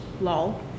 lol